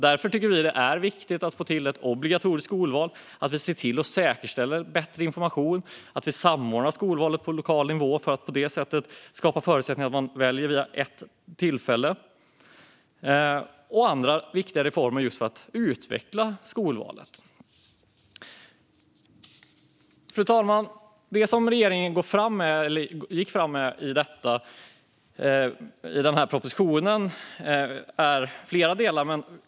Därför tycker vi att det är viktigt med ett obligatoriskt skolval, att vi säkerställer bättre information och att vi samordnar skolvalet på lokal nivå för att man ska kunna välja vid ett och samma tillfälle, liksom vi vill se andra viktiga reformer för att utveckla skolvalet. Fru talman! Det som regeringen har gått fram med i propositionen består av flera delar.